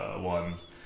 ones